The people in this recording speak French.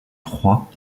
trois